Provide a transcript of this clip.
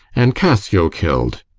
and cassio kill'd?